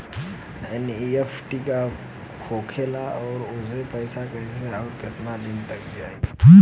NEFT का होखेला और ओसे पैसा कैसे आउर केतना दिन मे जायी?